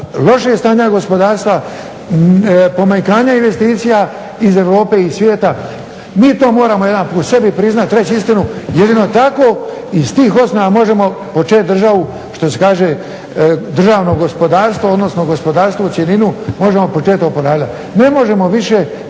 lošeg stanja gospodarstva, pomanjkanja investicija iz Europe i svijeta. Mi to moramo jednom sebi priznati i reći istinu, jedino tako i s tih osnova možemo početi državu što se kaže državno gospodarstvo odnosno gospodarstvo u cjelini možemo početi oporavljati.